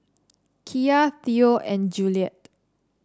Kiya Theo and Juliette